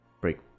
break